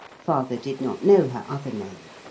father did not know her other name.